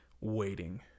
waiting